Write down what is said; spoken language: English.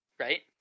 right